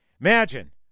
imagine